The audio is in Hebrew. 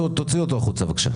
תוציאו אותו החוצה בבקשה.